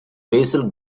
basal